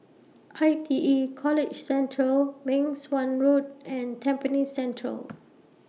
I T E College Central Meng Suan Road and Tampines Central